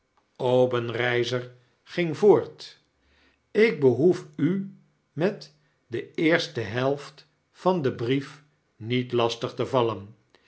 obenreizer ging voort ik behoef u met de eerste helft van den brief niet lastig te vallen